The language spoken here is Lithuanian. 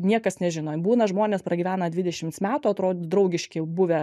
niekas nežino būna žmonės pragyvena dvidešimts metų atrodo draugiški buvę